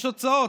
יש הוצאות,